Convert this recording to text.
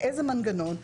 באיזה מנגנון,